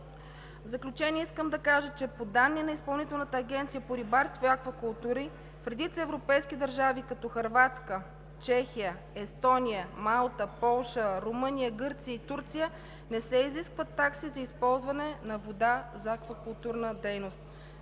В заключение, искам да кажа, че по данни на Изпълнителната агенция по рибарство и аквакултури в редица европейски държави, като Хърватска, Чехия, Естония, Малта, Полша, Румъния, Гърция и Турция не се изискват такси за използване на вода за аквакултурна дейност.